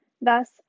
Thus